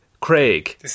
Craig